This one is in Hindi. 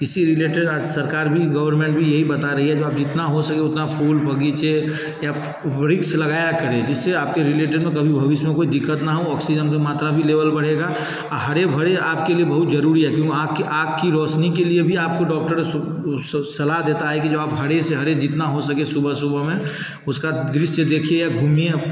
इससे रिलेटेड आज सरकार भी गवर्मेंट भी यही बता रही है जो आप जितना हो सके उतना फूल बग़ीचे या वृक्ष लगाया करें जिससे आप के रिलेटेड में कभी भविष्य में कोई दिक्कत ना हो ऑक्सीजन की मात्रा भी लेवल बढ़ेगा और हरे भरे आपके लिए बहुत ज़रूरी है क्यों आँख आँख की रौशनी के लिए भी आपको डॉक्टर सलाह देता है कि जब आप हरे से हरे जितना हो सके सुबह सुबह में उसका दृश्य देखिए या घूमिए आप